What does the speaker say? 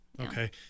okay